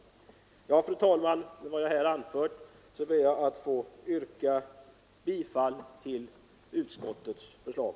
Fru talman! Med vad jag här anfört ber jag att få yrka bifall till utskottets förslag.